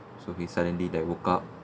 so he suddenly like woke up